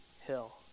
hill